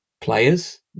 players